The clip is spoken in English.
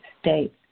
state